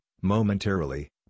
momentarily